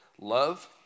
love